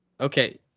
Okay